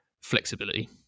flexibility